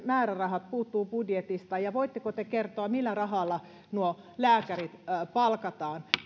määrärahat puuttuvat budjetista ja voitteko te kertoa millä rahalla nuo lääkärit palkataan